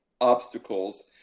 obstacles